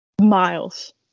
Miles